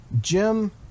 Jim